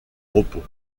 repos